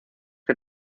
que